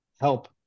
help